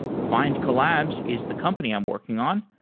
findcollabs is the company i'm working on.